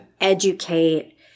educate